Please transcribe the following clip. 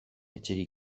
etxerik